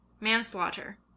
Manslaughter